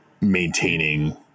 maintaining